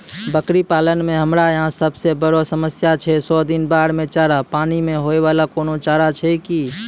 बकरी पालन मे हमरा यहाँ सब से बड़ो समस्या छै सौ दिन बाढ़ मे चारा, पानी मे होय वाला कोनो चारा छै कि?